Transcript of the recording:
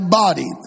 body